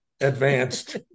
Advanced